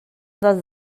dels